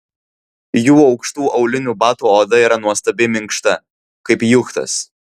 jų aukštų aulinių batų oda yra nuostabiai minkšta kaip juchtas